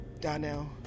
Donnell